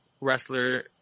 wrestler